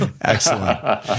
excellent